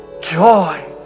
joy